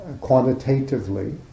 quantitatively